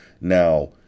Now